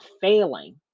failing